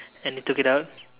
and they took it out